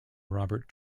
robert